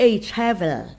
A-Travel